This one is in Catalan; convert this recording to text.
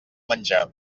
menjar